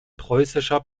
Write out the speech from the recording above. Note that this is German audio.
preußischer